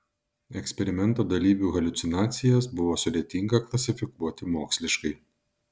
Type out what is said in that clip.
eksperimento dalyvių haliucinacijas buvo sudėtinga klasifikuoti moksliškai